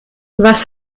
was